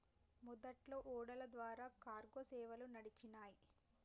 మొదట్లో ఓడల ద్వారా కార్గో సేవలు నడిచినాయ్